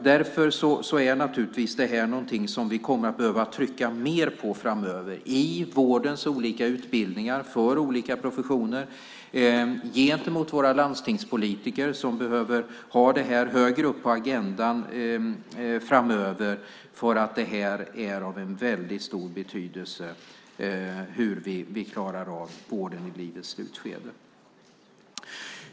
Därför är det någonting som vi kommer att behöva trycka mer på framöver i vårdens olika utbildningar för olika professioner och gentemot våra landstingspolitiker som behöver ha det högre upp på agendan framöver eftersom det är av stor betydelse hur vi klarar av vården i livets slutskede.